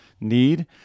need